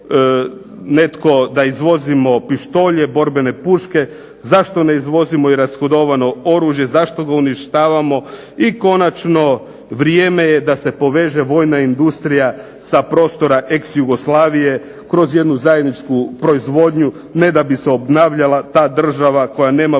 netko da izvozimo pištolje, borbene puške, zašto ne izvozimo i rashodovano oružje, zašto ga uništavamo i konačno, vrijeme je da se poveže vojna industrija sa prostora ex Jugoslavije kroz jednu zajedničku proizvodnju, ne da bi se obnavljala ta država koja nema